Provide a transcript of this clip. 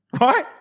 Right